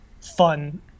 fun